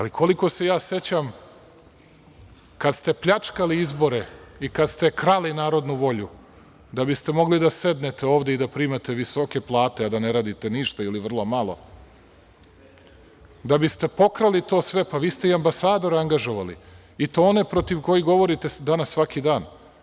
Koliko se sećam, kada ste pljačkali izbore i kada ste krali narodnu volju, da bi ste mogli da sednete ovde i da primate visoke plate, a da ne radite ništa ili vrlo malo, da biste pokrali to sve, pa vi ste i ambasadora angažovali i to one protiv kojih govorite danas, svaki dan.